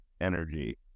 energy